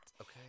Okay